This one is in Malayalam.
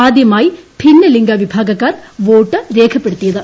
ആദ്യമായി ഭിന്നലിംഗ വിഭാഗക്കാർ വോട്ട് രേഖപ്പെടുത്തിയത്